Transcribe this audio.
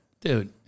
Dude